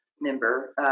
member